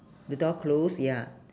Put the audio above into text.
the door close ya